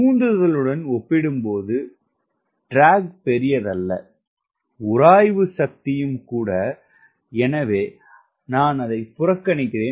உந்துதலுடன் ஒப்பிடும்போது இழுவை பெரியதல்ல உராய்வு சக்தியும் கூட எனவே நான் அதை புறக்கணிக்கிறேன்